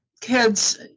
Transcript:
kids